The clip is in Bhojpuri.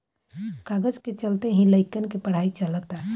कागज के चलते ही लइकन के पढ़ाई चलअता